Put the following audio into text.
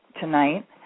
tonight